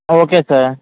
okay sir